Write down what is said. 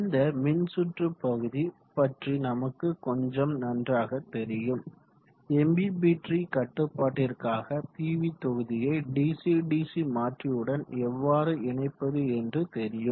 இந்த மின்சுற்று பகுதி பற்றி நமக்கு கொஞ்சம் நன்றாக தெரியும் எம்பிபிற்றி கட்டுப்பாட்டிற்காக பிவி தொகுதியை டிசி டிசி மாற்றியுடன் எவ்வாறு இணைப்பது என்று தெரியும்